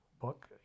book